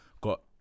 got